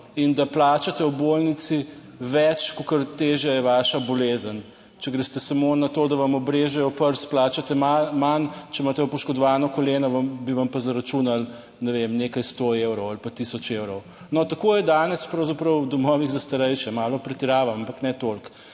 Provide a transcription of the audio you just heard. in da plačate v bolnici več kakor težja je vaša bolezen. Če greste samo na to, da vam obrežejo prst, plačate malo manj, če imate poškodovano koleno, bi vam pa zaračunali, ne vem, nekaj 100 evrov ali pa 1000 evrov. No, tako je danes pravzaprav v domovih za starejše. Malo pretiravam, ampak ne toliko.